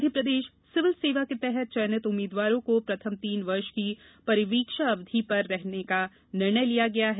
Madhya Pradesh civil सेवा के तहत चयनित उम्मीदवारों को प्रथम तीन वर्ष की परिवीक्षा अवधि पर रखने का निर्णय लिया है